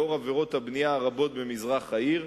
לאור עבירות הבנייה הרבות במזרח העיר,